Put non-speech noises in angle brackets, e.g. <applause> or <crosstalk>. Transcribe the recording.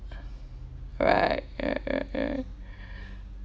<breath> right ya ya ya <breath>